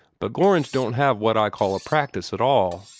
but gorringe don't have what i call a practice at all.